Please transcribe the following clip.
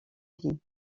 vie